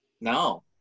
No